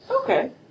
Okay